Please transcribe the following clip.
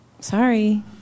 Sorry